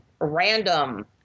random